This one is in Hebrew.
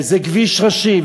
וזה כביש ראשי,